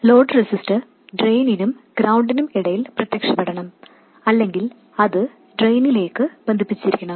load resistor ഡ്രെയിനിനും ഗ്രൌണ്ടിനും ഇടയിൽ പ്രത്യക്ഷപ്പെടണം അല്ലെങ്കിൽ അത് ഡ്രെയിനിലേക്ക് ബന്ധിപ്പിച്ചിരിക്കണം